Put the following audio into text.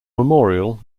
memorial